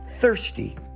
thirsty